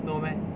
no meh